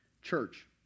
Church